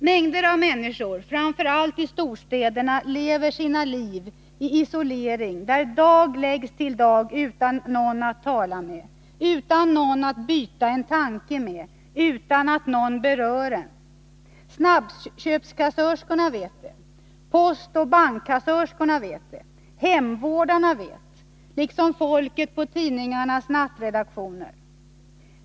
Mängder av människor, framför allt i storstäderna, lever sina liv i isolering där dag läggs till dag utan någon att tala med, utan någon att byta en tanke med, utan att någon berör en. Snabbköpskassörskorna vet det, postoch bankkassörskorna vet det, hemvårdarna vet, liksom folket på tidningarnas nattredaktioner.